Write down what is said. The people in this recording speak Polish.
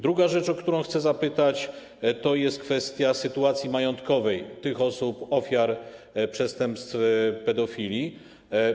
Druga rzecz, o którą chcę zapytać, to jest kwestia sytuacji majątkowej tych osób, ofiar przestępstw pedofilii.